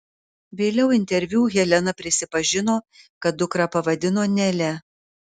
vėliau interviu helena prisipažino kad dukrą pavadino nele